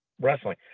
wrestling